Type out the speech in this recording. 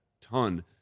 ton